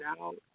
out